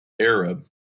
Arab